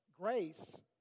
grace